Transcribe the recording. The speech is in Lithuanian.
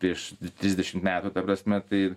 prieš trisdešimt metų ta prasme tai